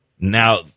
Now